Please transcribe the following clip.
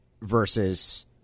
versus